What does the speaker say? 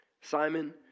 Simon